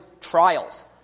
trials